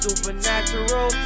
Supernatural